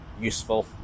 useful